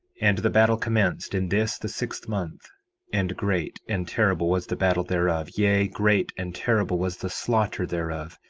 and the battle commenced in this the sixth month and great and terrible was the battle thereof, yea, great and terrible was the slaughter thereof,